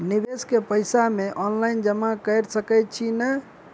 निवेश केँ पैसा मे ऑनलाइन जमा कैर सकै छी नै?